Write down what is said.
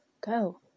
go